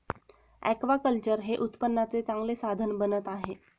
aquaculture हे उत्पन्नाचे चांगले साधन बनत आहे